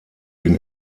den